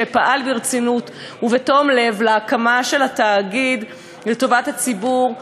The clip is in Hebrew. שפעל ברצינות ובתום לב להקמה של התאגיד לטובת הציבור,